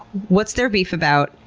what's their beef about?